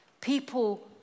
people